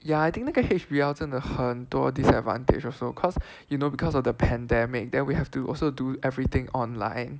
ya I think 那个 H_B_L 真的很多 disadvantage also cause you know because of the pandemic then we have to also do everything online